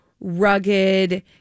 rugged